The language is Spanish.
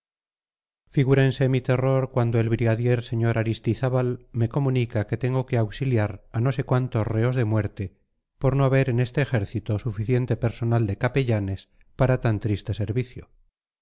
figúrense mi terror cuando el brigadier sr aristizábal me comunica que tengo que auxiliar a no sé cuántos reos de muerte por no haber en este ejército suficiente personal de capellanes para tan triste servicio